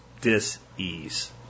dis-ease